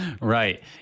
Right